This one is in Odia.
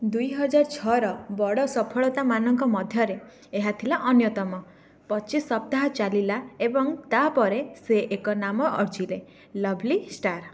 ଦୁଇହଜାର ଛଅର ବଡ଼ ସଫଳତା ମାନଙ୍କ ମଧ୍ୟରେ ଏହା ଥିଲା ଅନ୍ୟତମ ପଚିଶ ସପ୍ତାହ ଚାଲିଲା ଏବଂ ତା'ପରେ ସେ ଏକ ନାମ ଅର୍ଜିଲେ ଲଭ୍ଲି ଷ୍ଟାର୍